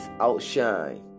outshine